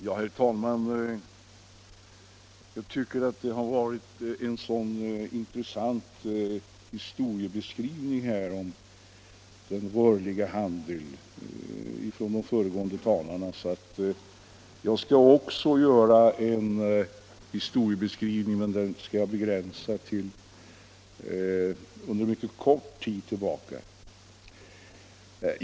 Herr talman! Jag tycker att de föregående talarna har gjort en så intressant historieskrivning över den rörliga handeln, att även jag vill ge en historiebeskrivning, men jag skall begränsa den till en mycket kort tid tillbaka.